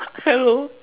hello